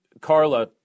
Carla